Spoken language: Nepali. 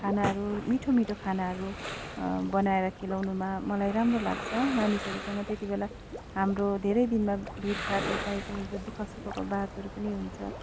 खानाहरू मिठो मिठो खानाहरू बनाएर ख्वाउनुमा मलाई राम्रो लाग्छ मानिसहरूसँग त्यति बेला हाम्रो धेरै दिनमा भेटघाटको भएको दुःखसुखको बातहरू पनि हुन्छ